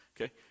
Okay